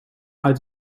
uit